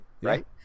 right